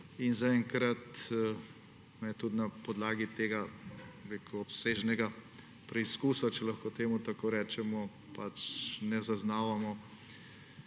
Zaenkrat tudi na podlagi tega obsežnega preizkusa, če lahko temu tako rečemo, ne zaznavamo